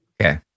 Okay